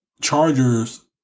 Chargers